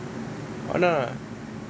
ஆனா:aanaa